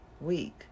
week